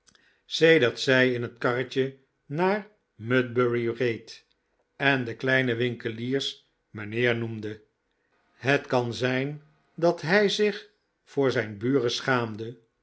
zij in het karretje naar mudbury reed en de kleine winkeliers mijnheer noemde het kan zijn dat hij zich voor zijn buren schaamde